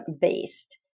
based